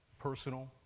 personal